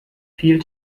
viel